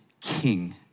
king